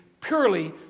purely